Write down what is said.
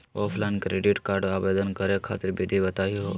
Offline credit card आवेदन करे खातिर विधि बताही हो?